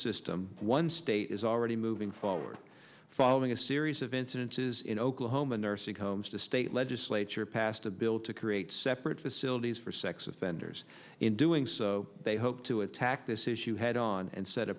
system one state is already moving forward following a series of incidences in oklahoma nursing homes to state legislature passed a bill to create separate facilities for sex offenders in doing so they hope to attack this issue head on and set a